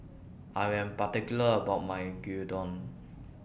I Am particular about My Gyudon